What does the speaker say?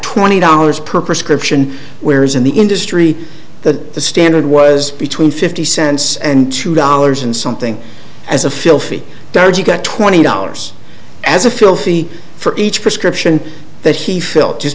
twenty dollars per prescription whereas in the industry the standard was between fifty cents and two dollars and something as a filthy dirty got twenty dollars as a filthy for each prescription that he felt just